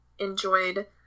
enjoyed